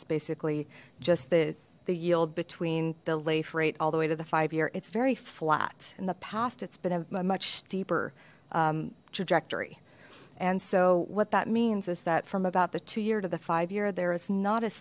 is basically just the yield between the lafe rate all the way to the five year it's very flat in the past it's been a much steeper trajectory and so what that means is that from about the two year to the five year there is not a